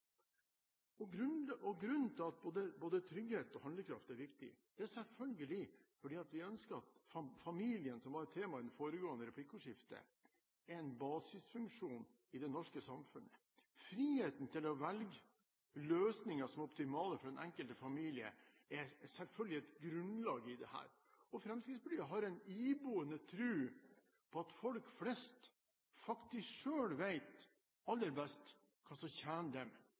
Både trygghet og handlekraft er viktig. Det er selvfølgelig fordi vi ønsker at familien – som var et tema i det foregående replikkordskiftet – er en basisfunksjon i det norske samfunnet. Friheten til å velge løsninger som er optimale for den enkelte familie, er selvfølgelig et grunnlag i dette, og Fremskrittspartiet har en iboende tro på at folk flest faktisk selv vet aller best hva som tjener dem